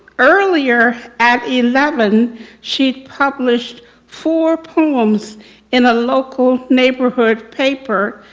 earlier at eleven she'd published four poems in a local neighborhood paper,